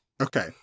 Okay